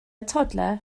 toddler